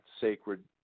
sacred